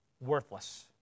worthless